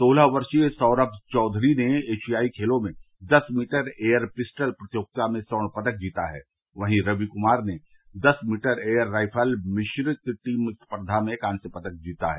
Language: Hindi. सोलह वर्षीय सौरष चौघरी ने एशियाई खेलों में दस मीटर एयर पिस्टल प्रतियोगिता में स्वर्ण पदक जीता हैं वहीं रवि कुमार ने दस मीटर एयर राइफल मिश्रित टीम स्फर्वा में कांस्य पदक जीता है